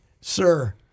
sir